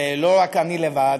ולא רק אני לבד,